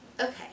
Okay